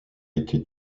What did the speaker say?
été